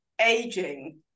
aging